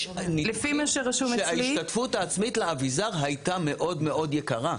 יש לפני שההשתתפות העצמית לאביזר הייתה מאוד מאוד יקרה.